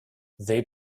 they